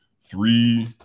three